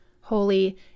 holy